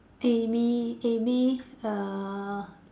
Amy Amy uh